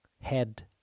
head